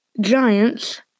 Giants